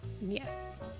Yes